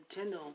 Nintendo